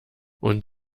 und